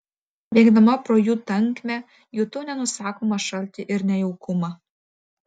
bėgdama pro jų tankmę jutau nenusakomą šaltį ir nejaukumą